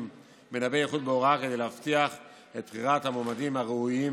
מנבאי איכות בהוראה כדי להבטיח את בחירת המועמדים הראויים